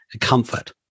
comfort